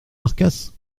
marcasse